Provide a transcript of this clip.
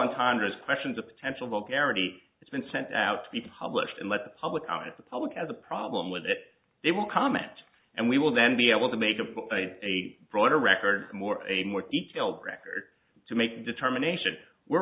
entendres questions of potential parity it's been sent out to be published and let the public out of the public as a problem with it they will comment and we will then be able to make a book a broader record more a more detailed record to make the determination we're